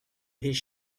his